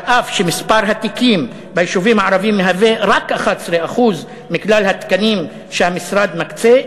ואף שמספר התקנים ביישובים הערביים הוא רק 11% מכלל התקנים שהמשרד מקצה,